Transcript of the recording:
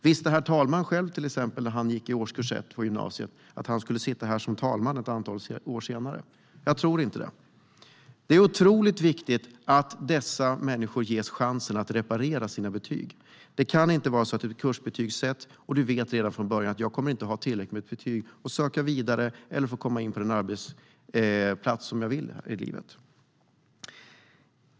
Visste till exempel herr talmannen själv när han gick i årskurs 1 i gymnasiet att han skulle sitta här som talman ett antal år senare? Jag tror inte det. Det är otroligt viktigt att dessa människor ges chansen att reparera sina betyg. Det kan inte vara så att ett kursbetyg sätts och att du från början vet att du inte kommer att ha tillräckligt betyg för att söka vidare eller komma in på den arbetsplats du vill i livet.